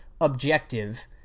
objective